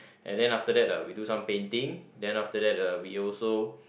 and then after that uh we do some painting then after that uh we also